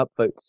upvotes